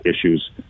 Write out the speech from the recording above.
issues